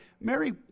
Mary